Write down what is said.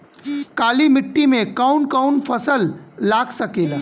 काली मिट्टी मे कौन कौन फसल लाग सकेला?